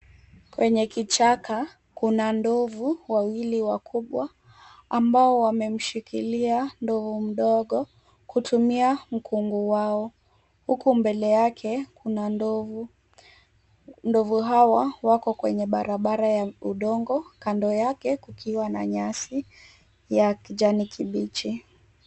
Kwenye kichaka, kuna ndovu wawili wakubwa ambao wamemshikilia ndovu mdogo kutumia mkungu wao, huku mbele yake kuna ndovu. Ndovu hawa wako kwenye barabara ya udongo kando yake kukiwa na nyasi ya kijani kibichi.